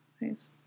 Nice